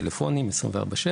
טלפונים 24/7,